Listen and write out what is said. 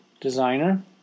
Designer